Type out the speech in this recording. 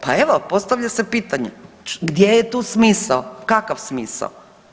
Pa evo postavlja se pitanje gdje je tu smisao, kakav smisao.